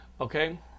Okay